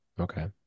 Okay